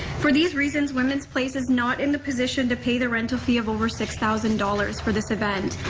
for these reasons, women's place is not in the position to pay the rental fee of over six thousand dollars for this event.